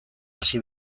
hasi